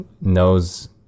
knows